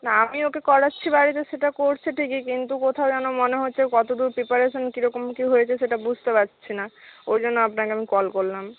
না আমি ওকে করাচ্ছি বাড়িতে সেটা করছে ঠিকই কিন্তু কোথাও যেন মনে হচ্ছে কতো দূর প্রিপারেশান কি রকম কি হয়েছে সেটা বুঝতে পারছি না ওই জন্য আপনাকে আমি কল করলাম